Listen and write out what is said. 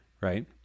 right